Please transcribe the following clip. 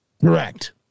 Correct